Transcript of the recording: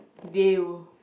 they'll